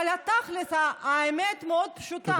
אבל תכלס, האמת מאוד פשוטה.